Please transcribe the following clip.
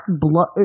blood